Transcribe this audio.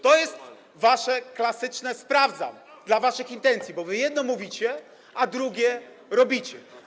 To jest klasyczne „sprawdzam” waszych intencji, bo wy jedno mówicie, a drugie robicie.